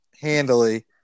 handily